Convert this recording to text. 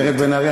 גברת בן ארי,